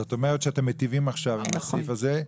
זאת אומרת שאתם מיטיבים עכשיו עם הסעיף הזה,